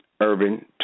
Urban